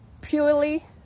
purely